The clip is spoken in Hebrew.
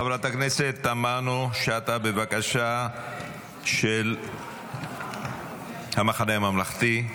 חברת הכנסת תמנו שטה, של המחנה הממלכתי.